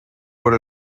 por